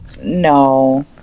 No